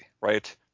right